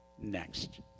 next